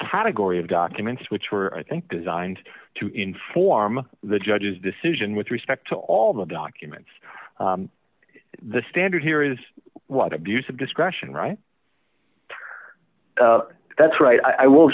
category of documents which were i think designed to inform the judge's decision with respect to all the documents the standard here is what abuse of discretion right that's right i will